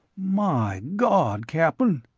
my god, cap'n,